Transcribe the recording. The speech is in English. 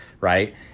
right